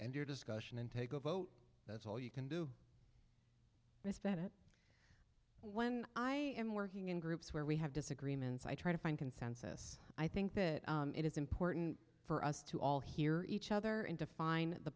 end your discussion and take a vote that's all you can do that it when i am working in groups where we have disagreements i try to find consensus i think that it is important for us to all here each other and define the